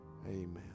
Amen